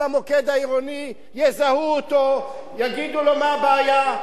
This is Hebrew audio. יזהו אותו, יגידו לו: מה הבעיה?